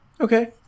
Okay